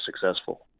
successful